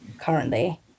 currently